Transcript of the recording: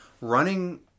running